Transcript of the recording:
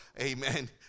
Amen